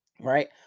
right